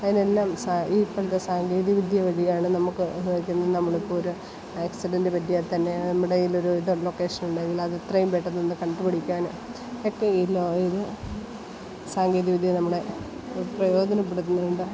അതിനെല്ലാം സാ ഇപ്പോഴത്തെ സാങ്കേതിക വിദ്യ വഴിയാണ് നമുക്ക് നമ്മളിപ്പോൾ ഒരു ആക്സിഡൻറ്റ് പറ്റിയാൽത്തന്നെ നമ്മുടെ കയ്യിലൊരു ഇതു ലൊക്കേഷനുണ്ടെങ്കിൽ അത് എത്രയും പെട്ടെന്നൊന്നു കണ്ടു പിടിക്കാനും ഒക്കെ സാങ്കേതിക വിദ്യ നമ്മളെ പ്രയോജനപ്പെടുത്തുന്നുണ്ട്